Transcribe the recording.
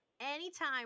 Anytime